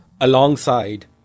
alongside